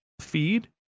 feed